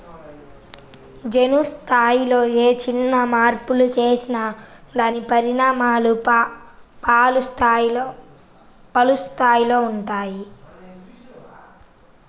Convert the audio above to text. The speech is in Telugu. జన్యు స్థాయిలో ఏ చిన్న మార్పు చేసినా దాని పరిణామాలు పలు స్థాయిలలో ఉంటాయి